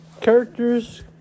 characters